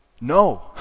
no